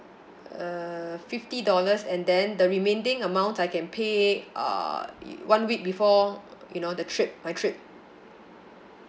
err fifty dollars and then the remaining amount I can pay uh you one week before you know the trip my trip